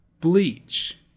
Bleach